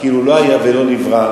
כאילו לא היה ולא נברא,